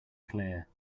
clear